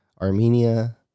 Armenia